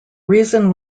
reason